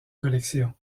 collection